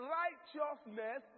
righteousness